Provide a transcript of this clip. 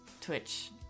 Twitch